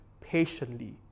patiently